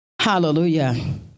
Hallelujah